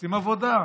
ועושים עבודה,